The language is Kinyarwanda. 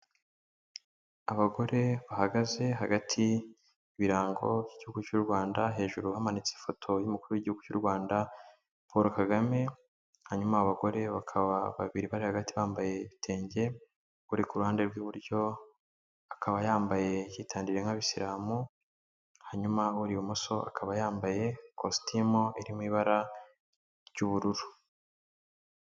Abagore bahagaze hagati y'ibirango by'igihugu cy'u Rwanda, hejuru bamanitse ifoto y'umukuru w'igihugu cy'u Rwanda Paul Kagame, hanyuma abagore bakaba babiri bari hagati bambaye ibitenge, uri ku ruhande rw'iburyo akaba yambaye yitandiriye nk'abisilamu, hanyuma uri ibumoso, akaba yambaye ikositimu irimo ibara ry'ubururu.